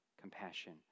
compassion